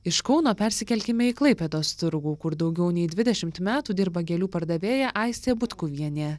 iš kauno persikelkime į klaipėdos turgų kur daugiau nei dvidešimt metų dirba gėlių pardavėja aistė butkuvienė